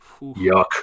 Yuck